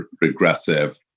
regressive